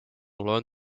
learn